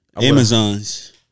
Amazons